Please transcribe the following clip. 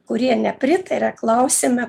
kurie nepritaria klausiame